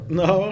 no